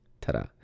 Ta-da